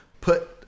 put